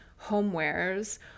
homewares